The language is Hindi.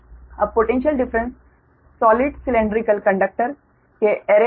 अब potential difference solid cylindrical conductor के एरे लिए